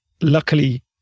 luckily